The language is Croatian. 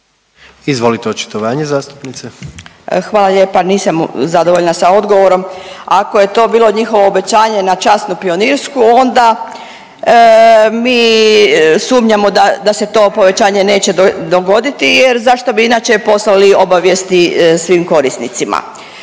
(Socijaldemokrati)** Hvala lijepa. Nisam zadovoljna sa odgovorom. Ako je to bilo njihovo obećanje na časnu pionirsku onda mi sumnjamo da se to povećanje neće dogoditi jer zašto bi inače poslali obavijesti svim korisnicima.